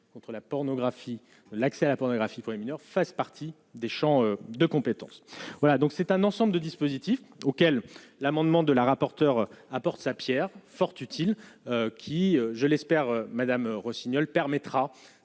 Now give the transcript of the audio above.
l'accès à la pornographie pour les mineurs, fasse partie des champs de compétence voilà donc c'est un ensemble de dispositifs auxquels l'amendement de la rapporteure apporte sa Pierre, fort utile qui je l'espère Madame Rossignol permettra